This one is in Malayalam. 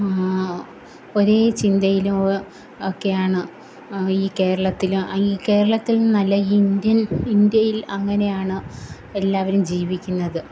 ഒരേ ചിന്തയിലും ഒക്കെയാണ് ഈ കേരളത്തിൽ ഐ കേരളത്തില് എന്നല്ല ഈ ഇന്ത്യന് ഇന്ത്യയില് അങ്ങനെയാണ് എല്ലാവരും ജീവിക്കുന്നത്